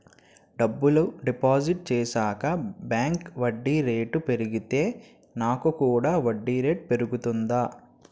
డబ్బులు డిపాజిట్ చేశాక బ్యాంక్ వడ్డీ రేటు పెరిగితే నాకు కూడా వడ్డీ రేటు పెరుగుతుందా?